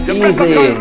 easy